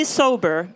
sober